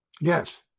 yes